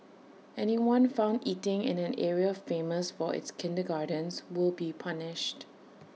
anyone found eating in an area famous for its kindergartens will be punished